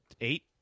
eight